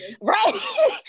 right